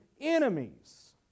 enemies